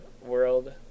world